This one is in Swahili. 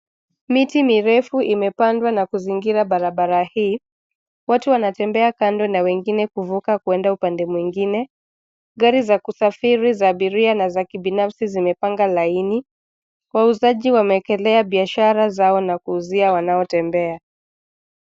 Miti mirefu imepandwa na kuzingira barabara hii, watu wanatembea kando na wengine kuvuka kwenda upande mwingine, gari za kusafiri za abiria na za kibinafsi zimepanga laini. Wauzaji wamewekelea biashara zao na kuuzia wanao tembea.